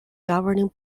governing